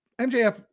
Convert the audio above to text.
MJF